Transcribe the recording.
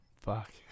Fuck